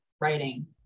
writing